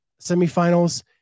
semifinals